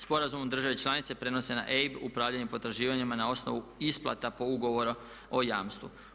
Sporazumom države članice prenose na EIB upravljanje potraživanjima na osnovu isplata po ugovoru o jamstvu.